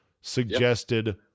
suggested